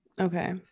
Okay